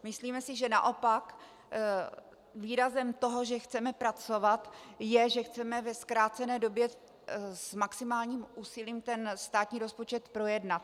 Myslíme si, že naopak výrazem toho, že chceme pracovat, je, že chceme ve zkrácené době s maximálním úsilím státní rozpočet projednat.